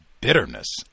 bitterness